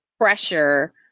pressure